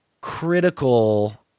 critical